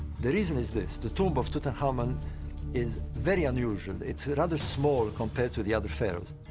the reason is this. the tomb of tutankhamun is very unusual. it's rather small compared to the other pharaohs.